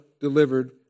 delivered